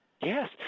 Yes